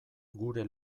gure